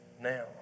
now